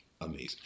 Amazing